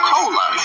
Cola